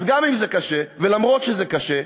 אז גם אם זה קשה ואף שזה קשה,